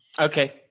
Okay